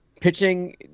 Pitching